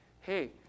hey